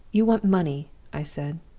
you want money i said.